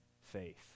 faith